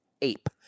ape